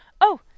Oh